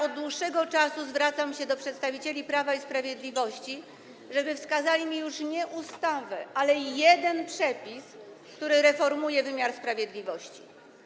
Od dłuższego czasu zwracam się do przedstawicieli Prawa i Sprawiedliwości, żeby wskazali mi już nie ustawę, ale jeden przepis, który reformuje wymiar sprawiedliwości.